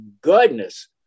goodness